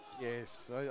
Yes